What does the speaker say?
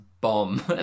bomb